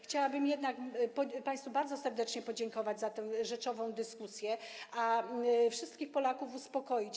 Chciałabym jednak państwu bardzo serdecznie podziękować za tę rzeczową dyskusję, a wszystkich Polaków uspokoić.